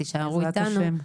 תישארו איתנו -- בעזרת השם.